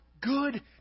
good